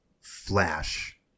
flash